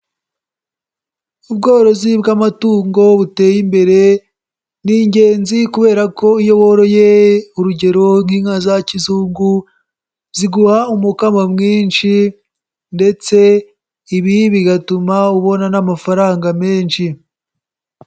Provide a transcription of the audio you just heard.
Ubworozi bw'amatungo buteye imbere ni ingenzi kubera ko iyo woroye urugero nk'inka za kizungu ziguha umukamo mwinshi ndetse ibi bigatuma ubona n'amafaranga menshi.